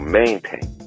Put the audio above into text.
maintain